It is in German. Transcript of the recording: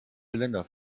geländer